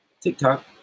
TikTok